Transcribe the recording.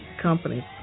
company